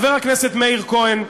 חבר הכנסת מאיר כהן,